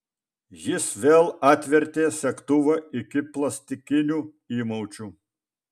jis vėl atvertė segtuvą iki plastikinių įmaučių